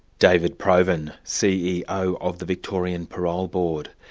david provan, ceo of the victorian parole board.